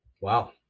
Wow